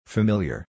Familiar